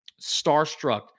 starstruck